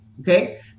Okay